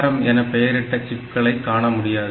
ARM என பெயரிடப்பட்ட சிப்களை காணமுடியாது